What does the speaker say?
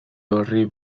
orri